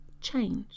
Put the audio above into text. change